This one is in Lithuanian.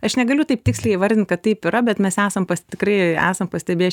aš negaliu taip tiksliai įvardint kad taip yra bet mes esam pas tikrai esam pastebėję